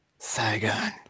Saigon